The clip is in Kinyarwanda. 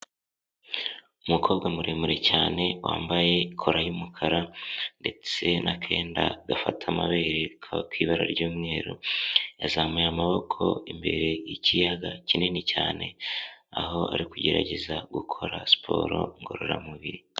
Umukobwa muremure cyane wambaye kora y'umukara ndetse n'akenda gafata amabere k'ibara ry'umweru, yazamuye amaboko imbere y'ikiyaga kinini cyane aho ari kugerageza gukora siporo ngororamubiri.